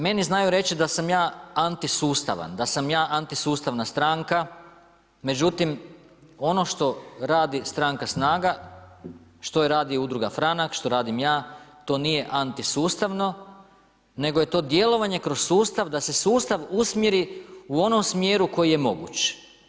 Meni znaju reći da sam ja anti sustavan, da sam ja anti sustavna stranka, međutim, ono što radi stranka SNAGA, što radi udruga franak, što radim ja to nije anti sustavno, nego je to djelovanje kroz sustav da se sustav usmjeri u onom smjeru koji je moguć.